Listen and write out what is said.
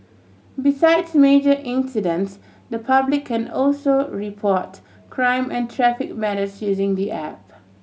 besides major incidents the public can also report crime and traffic matters using the app